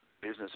business